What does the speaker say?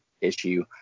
issue